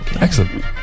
Excellent